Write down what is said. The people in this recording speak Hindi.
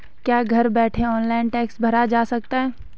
क्या घर बैठे ऑनलाइन टैक्स भरा जा सकता है?